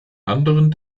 anderen